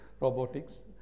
robotics